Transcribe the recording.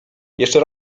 jeszcze